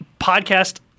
podcast